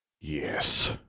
Yes